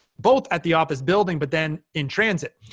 both at the office building, but then in transit.